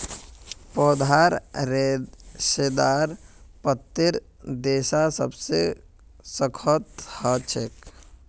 पौधार रेशेदारत पत्तीर रेशा सबसे सख्त ह छेक